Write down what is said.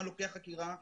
עד שהמשל"ט ייקח,